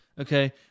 Okay